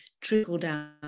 trickle-down